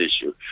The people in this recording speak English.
issue